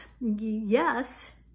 Yes